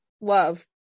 love